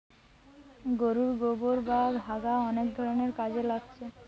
গোরুর গোবোর বা হাগা অনেক ধরণের কাজে লাগছে